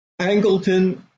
Angleton